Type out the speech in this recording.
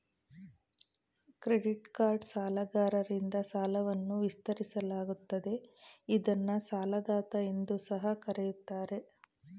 credit card ಸಾಲಗಾರರಿಂದ ಸಾಲವನ್ನ ವಿಸ್ತರಿಸಲಾಗುತ್ತದೆ ಇದ್ನ ಸಾಲದಾತ ಎಂದು ಸಹ ಕರೆಯುತ್ತಾರೆ